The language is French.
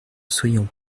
soyons